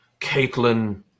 Caitlin